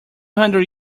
hundred